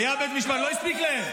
יש דבר כזה בעולם?